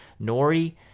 Nori